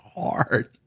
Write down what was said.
hard